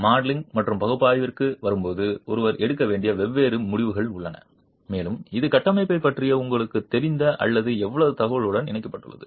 modelling மற்றும் பகுப்பாய்விற்கு வரும்போது ஒருவர் எடுக்க வேண்டிய வெவ்வேறு முடிவுகள் உள்ளன மேலும் இது கட்டமைப்பைப் பற்றி உங்களுக்குத் தெரிந்த அல்லது எவ்வளவு தகவல்களுடன் இணைக்கப்பட்டுள்ளது